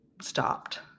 stopped